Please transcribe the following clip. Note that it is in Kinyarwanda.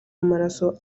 w’amaraso